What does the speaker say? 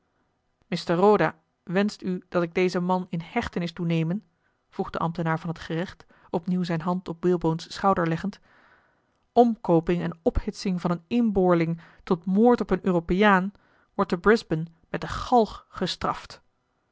roda wenscht u dat ik dezen man in hechtenis doe nemen vroeg de ambtenaar van het gerecht opnieuw zijne hand op walebone's schouder leggend omkooping en ophitsing van een inboorling tot moord op een europeaan wordt te brisbane met de galg gestraft